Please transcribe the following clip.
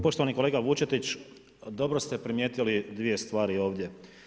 Poštovani kolega Vučetić, dobro ste primijetili dvije stvari ovdje.